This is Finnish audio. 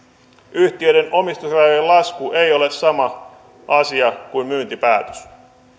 yhtiöiden omistusrajojen lasku ei ole sama asia kuin myyntipäätös